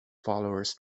followers